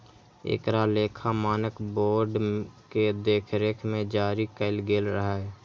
एकरा लेखा मानक बोर्ड के देखरेख मे जारी कैल गेल रहै